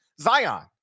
Zion